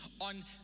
on